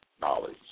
knowledge